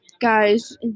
Guys